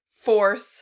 Force